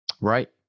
Right